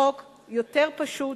חוק יותר פשוט,